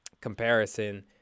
comparison